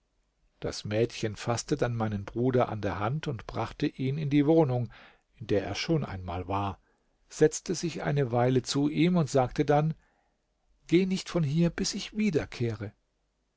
das mädchen faßte dann meinen bruder an der hand und brachte ihn in die wohnung in der er schon einmal war setzte sich eine weile zu ihm und sagte dann geh nicht von hier bis ich wiederkehre